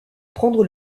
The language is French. prendre